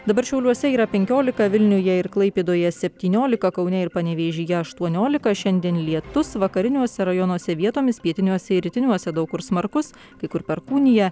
dabar šiauliuose yra penkiolika vilniuje ir klaipėdoje septyniolika kaune ir panevėžyje aštuoniolika šiandien lietus vakariniuose rajonuose vietomis pietiniuose ir rytiniuose daug kur smarkus kai kur perkūnija